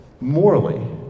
morally